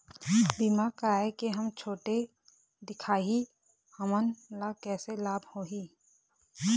बीमा कराए के हम छोटे दिखाही हमन ला कैसे लाभ होही?